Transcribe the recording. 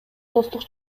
достук